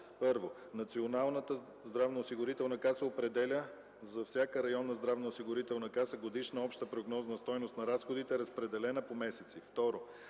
1. Националната здравноосигурителна каса определя за всяка районна здравноосигурителна каса годишна обща прогнозна стойност на разходите, разпределена по месеци;